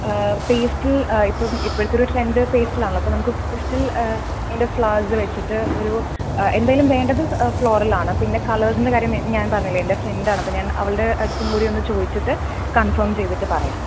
pastel ആ ഇപ്പം ഇപ്പോഴത്തെ ഒരു ട്രെൻഡ് പേസ്റ്റലാണലോ അപ്പോൾ നമുക്ക് പേസ്റ്റൽ അതിൻ്റെ ഫ്ലവർസ് വെച്ചിട്ട് ഒരു എന്തായാലും വേണ്ടത് ഫ്ലോറലാണ് പിന്നെ കളേഴ്സിൻ്റെ കാര്യം ഞാൻ പറഞ്ഞില്ലേ എൻ്റെ ഫ്രണ്ടാണ് അപ്പം ഞാൻ അവളുടെ അടുത്തുംകൂടി ഒന്നു ചോദിച്ചിട്ട് കൺഫേം ചെയ്തിട്ട് പറയാം